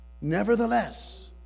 Nevertheless